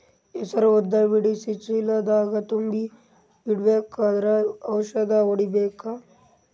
ಹೆಸರು ಉದ್ದ ಬಿಡಿಸಿ ಚೀಲ ದಾಗ್ ತುಂಬಿ ಇಡ್ಬೇಕಾದ್ರ ಔಷದ ಹೊಡಿಬೇಕ?